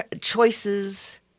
choices